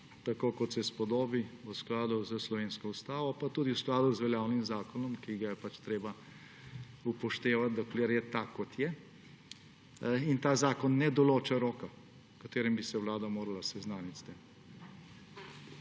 tako, kot se spodobi, v skladu z slovensko ustavo, pa tudi v skladu z veljavnim zakonom, ki ga je treba upoštevati, dokler je tak, kot je. In ta zakon ne določa roka, v katerem bi se Vlada morala seznanit s tem.